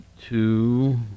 two